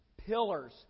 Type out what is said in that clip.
pillars